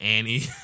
Annie